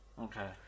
Okay